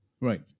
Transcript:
Right